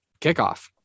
kickoff